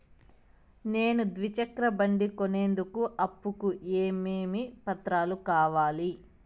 నేను ద్విచక్ర బండి కొనేందుకు అప్పు కు ఏమేమి పత్రాలు కావాలి?